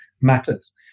matters